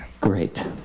Great